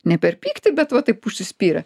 ne per pyktį bet va taip užsispyrę